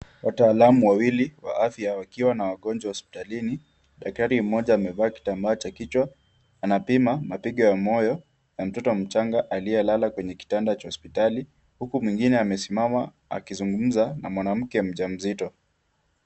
Wataalamu wawili wa afya wakiwa na wagonjwa hospitalini, daktari mmoja amevaa kitambaa cha kichwa anapima mapigo ya moyo ya mtoto mchanga aliyelala kwenye kitanda cha hospitali huku mwingine amesimama akizungumza na mwanamke mjamzito.